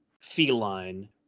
feline